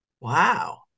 Wow